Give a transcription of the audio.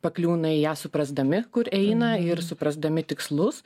pakliūna į ją suprasdami kur eina ir suprasdami tikslus